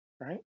right